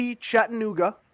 Chattanooga